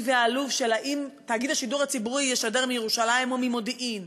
והעלוב של האם תאגיד השידור הציבורי ישדר מירושלים או ממודיעין,